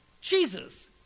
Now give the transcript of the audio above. Jesus